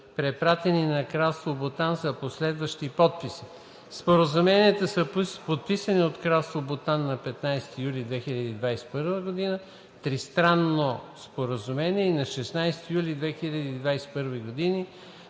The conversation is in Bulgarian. препратени на Кралство Бутан за последващи подписи. Споразуменията са подписани от Кралство Бутан на 15 юли 2021 г. (Тристранно споразумение) и на 16 юли 2021 г.